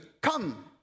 come